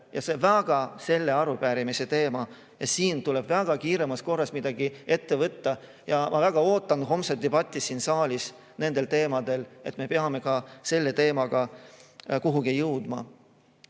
vägagi selle arupärimise teema. Siin tuleb kiiremas korras midagi ette võtta. Ma väga ootan homset debatti siin saalis nendel teemadel, kuna me peame ka selle teemaga kuhugi jõudma. Kolleeg